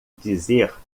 dizer